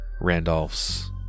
Randolph's